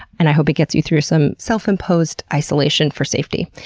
and i hope it gets you through some self-imposed isolation for safety.